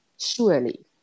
surely